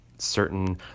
Certain